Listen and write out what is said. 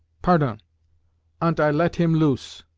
pardon' ant i let him loose.